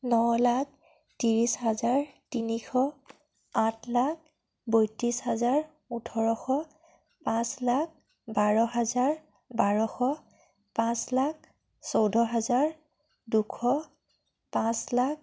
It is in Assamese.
ন লাখ ত্ৰিছ হাজাৰ তিনিশ আঠ লাখ বইত্ৰিছ হাজাৰ ওঠৰশ পাঁচ লাখ বাৰ হাজাৰ বাৰশ পাঁচ লাখ চৈধ্য হাজাৰ দুশ পাঁচ লাখ